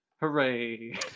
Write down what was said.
Hooray